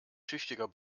tüchtiger